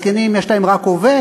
לצעירים יש עתיד ולזקנים יש רק הווה.